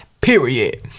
Period